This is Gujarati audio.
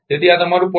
તેથી આ તમારું 0